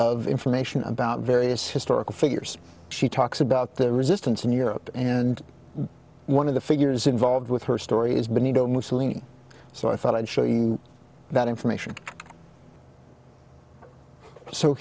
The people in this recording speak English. of information about various historical figures she talks about the resistance in europe and one of the figures involved with her story is benito mussolini so i thought i'd show you that information so